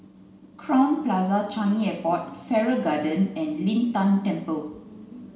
Crowne Plaza Changi Airport Farrer Garden and Lin Tan Temple